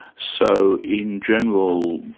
so in general,